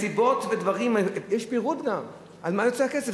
מסיבות ודברים, יש פירוט גם, על מה יוצא הכסף.